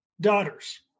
daughters